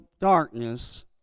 darkness